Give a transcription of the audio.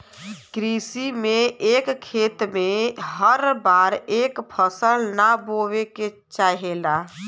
कृषि में एक खेत में हर बार एक फसल ना बोये के चाहेला